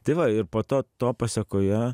tai va ir po to to pasekoje